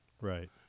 Right